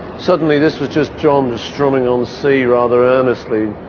suddenly, this was just john strumming on c rather earnestly.